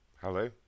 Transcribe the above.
Hello